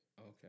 okay